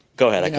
go ahead like